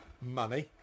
money